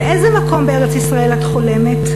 על איזה מקום בארץ-ישראל את חולמת?